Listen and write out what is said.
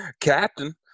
Captain